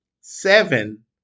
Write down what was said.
seven